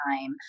time